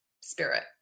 spirit